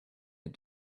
had